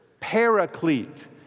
paraclete